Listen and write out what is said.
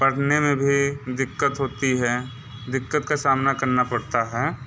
पढ़ने में भी दिक्कत होती है दिक्कत का सामना करना पड़ता है